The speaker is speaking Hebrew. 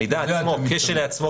המידע כשלעצמו,